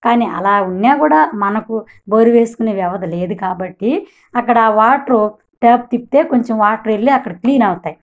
కానీ అలా ఉన్నా కూడా మనకు బోరు వేసుకునే వ్యవది లేదు కాబట్టి అక్కడ వాటరు ట్యాప్ తిప్తే కొంచెం వాటర్ వెళ్ళి అక్కడ క్లీన్ అవుతాయి